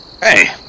Hey